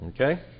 Okay